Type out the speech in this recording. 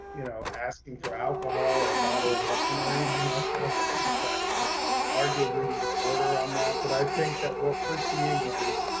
you know asking for alcohol or a bottle of wine or anything like that that arguably order on that. but i think that what we're seeing is